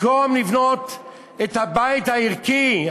במקום לבנות את הבית הערכי,